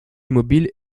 immobile